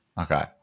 Okay